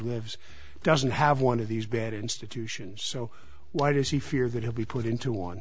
lives doesn't have one of these bad institutions so why does he fear that he'll be put into one